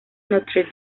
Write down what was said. notre